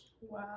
wow